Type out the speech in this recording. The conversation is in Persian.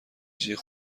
جیغ